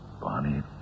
Bonnie